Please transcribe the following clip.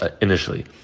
initially